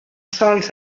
sols